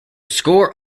score